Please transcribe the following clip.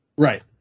Right